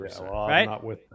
right